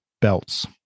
belts